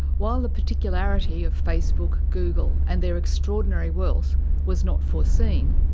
while the particularity of facebook, google and their extraordinary wealth was not foreseen,